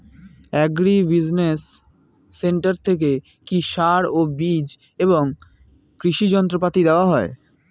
Agri business centre থেকে কি সার ও বিজ এবং কৃষি যন্ত্র পাতি দেওয়া হয়?